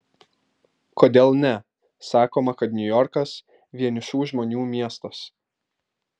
kodėl ne sakoma kad niujorkas vienišų žmonių miestas